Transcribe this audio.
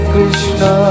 Krishna